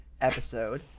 episode